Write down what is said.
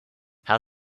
how